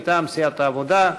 מטעם סיעת העבודה.